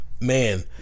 Man